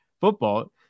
football